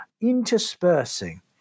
interspersing